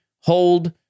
hold